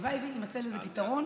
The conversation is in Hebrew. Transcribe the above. הלוואי שיימצא לזה פתרון.